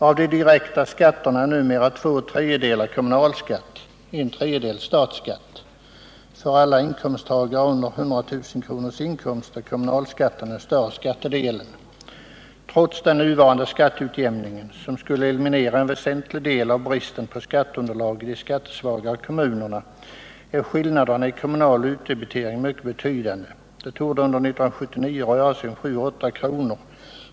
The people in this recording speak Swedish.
Av de direkta skatterna är två tredjedelar kommunalskatt, en tredjedel statsskatt, och för alla inkomsttagare under hundratusen kronors inkomst är kommunalskatten den större skattedelen. Trots den nuvarande skatteutjämningen, som skulle eliminera en väsentlig del av bristen på skatteunderlag i de skattesvagare kommunerna, är skillnaderna i kommunal utdebitering mycket betydande. Det torde under 1979 röra sig om 7 å 8 kr.